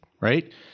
right